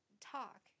talk